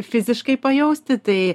fiziškai pajausti tai